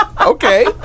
Okay